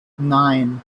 nine